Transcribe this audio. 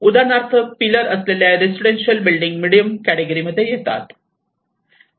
उदाहरणार्थ पिलर असलेल्या residential building medium category मध्ये येतात